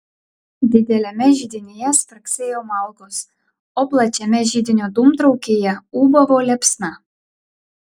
dideliame židinyje spragsėjo malkos o plačiame židinio dūmtraukyje ūbavo liepsna